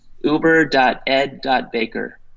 uber.ed.baker